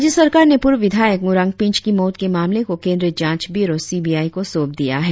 राज्य सरकार ने पूर्व विधायक डूरांग पिंच की मौत के मामले को केंद्रीय जांच ब्यूरो सी बी आई को सौंप दिया है